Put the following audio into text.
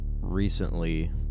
recently